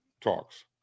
talks